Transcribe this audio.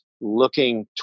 looking